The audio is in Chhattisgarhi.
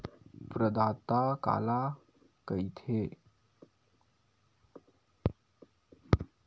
प्रदाता काला कइथे?